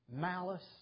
malice